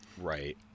Right